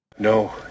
No